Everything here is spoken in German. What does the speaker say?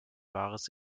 wahres